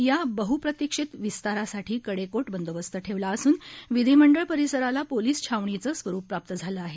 या बहप्रतिक्षित विस्तारासाठी कडेकोट बंदोबस्त ठेवला असून विधिमंडळ परिसराला पोलीस छावणीचं स्वरूप प्राप्त झालं आहे